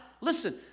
listen